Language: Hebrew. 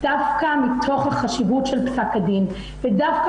דווקא מתוך החשיבות של פסק הדין ודווקא